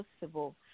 possible